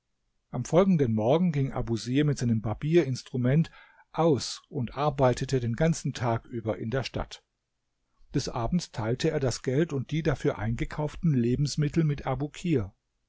am folgenden morgen ging abusir mit seinem barbierinstrument aus und arbeitete den ganzen tag über in der stadt des abends teilte er das geld und die dafür eingekauften lebensmittel mit